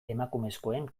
emakumezkoen